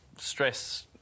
Stress